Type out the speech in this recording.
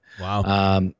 Wow